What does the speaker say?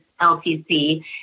LTC